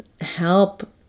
help